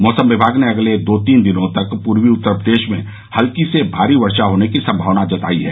मौसम विभाग ने अगले दो तीन दिनों तक पूर्वी उत्तर प्रदेश में हल्की से भारी वर्षा होने की सम्भावना जताई है